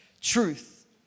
truth